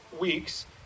weeks